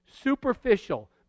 Superficial